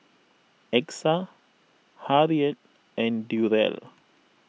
Exa Harriette and Durrell